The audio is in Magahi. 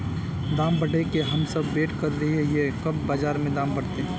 दाम बढ़े के हम सब वैट करे हिये की कब बाजार में दाम बढ़ते?